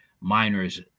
minors